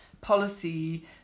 policy